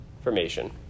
formation